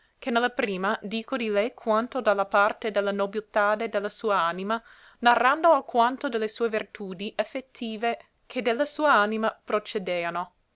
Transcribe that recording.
che ne la prima dico di lei quanto da la parte de la nobilitade de la sua anima narrando alquanto de le sue vertudi effettive che de la sua anima procedeano